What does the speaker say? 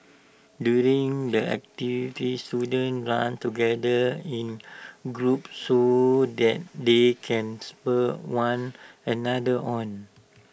during the activity students run together in groups so that they can spur one another on